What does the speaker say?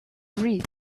read